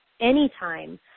anytime